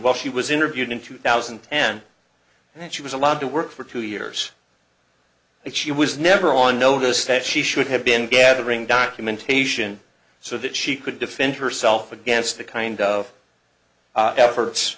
while she was interviewed in two thousand and ten and she was allowed to work for two years and she was never on notice that she should have been gathering documentation so that she could defend herself against the kind of efforts